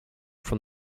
from